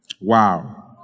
Wow